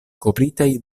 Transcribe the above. kovritaj